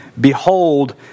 Behold